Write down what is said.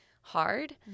hard